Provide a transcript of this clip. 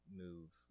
move